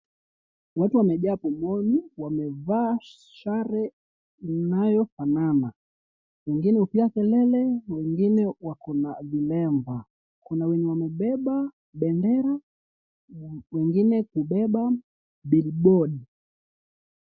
Watu wamejaa pomoni wamevaa sare inayofanana wengine hupiga kelele na kuna wengine wako na vilemba. Kuna wenye wamebeba bendera wengine kubeba billboard .